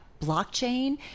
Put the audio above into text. blockchain